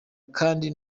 kandi